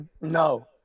No